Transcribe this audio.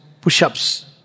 push-ups